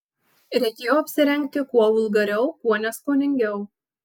reikėjo apsirengti kuo vulgariau kuo neskoningiau